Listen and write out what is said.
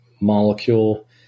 molecule